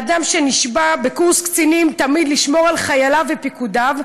לאדם שנשבע בקורס קצינים תמיד לשמור על חייליו ופקודיו,